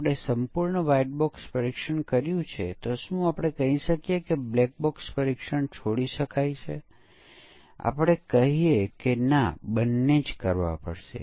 આપણે યુનિટ પરીક્ષણને જાણીએ છીએ ઓછામાં ઓછું તેનો હેતુ શું છે તે આપણને ખબર છે